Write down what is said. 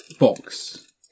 box